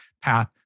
path